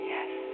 Yes